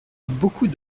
beaucoup